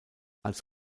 als